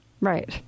Right